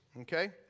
Okay